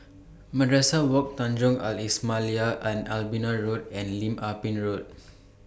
Madrasah Wak Tanjong Al Islamiah Allenby Road and Lim Ah Pin Road